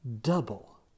double